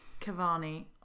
Cavani